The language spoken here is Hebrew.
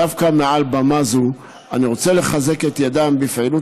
דווקא מעל במה זו אני רוצה לחזק את ידם בפעילות